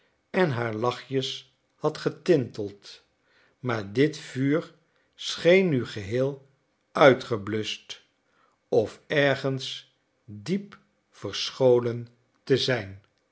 en haar lachjes had getinteld maar dit vuur scheen nu geheel uitgebluscht of ergens diep verscholen te zijn